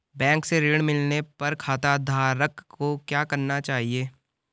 Bank से ऋण मिलने पर खाताधारक को क्या करना चाहिए?